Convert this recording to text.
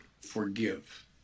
forgive